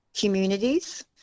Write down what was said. communities